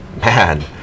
man